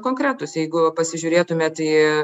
konkretūs jeigu pasižiūrėtumėt į